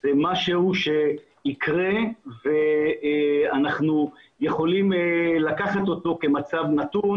זה משהו שיקרה ואנחנו יכולים לקחת אותו כמצב נתון